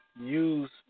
use